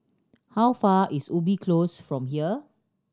how far is Ubi Close from here